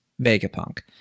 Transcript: Vegapunk